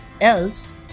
else